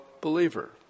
believer